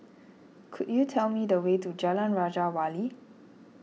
could you tell me the way to Jalan Raja Wali